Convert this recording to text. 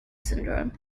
syndrome